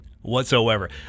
whatsoever